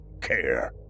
care